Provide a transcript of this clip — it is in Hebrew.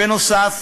בנוסף,